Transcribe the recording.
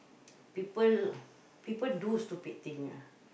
people people do stupid thing ah